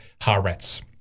Haaretz